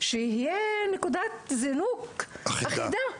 שתהיה נקודת זינוק אחידה.